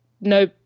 no